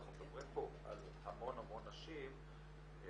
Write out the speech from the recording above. אנחנו מדברים פה על המון המון נשים וצריך